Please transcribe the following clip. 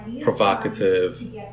provocative